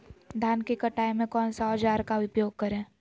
धान की कटाई में कौन सा औजार का उपयोग करे?